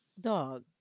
dog